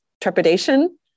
trepidation